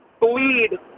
bleed